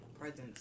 presence